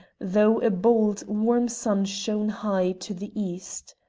though a bold, warm sun shone high to the east.